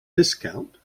discount